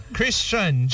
Christian